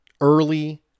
early